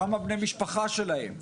כמה בני משפחה שלהם?